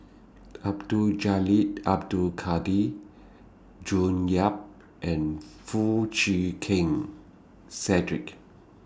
Abdul Jalil Abdul Kadir June Yap and Foo Chee Keng Cedric